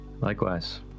Likewise